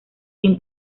sin